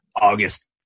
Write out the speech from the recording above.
August